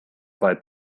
weit